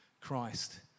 Christ